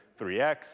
3x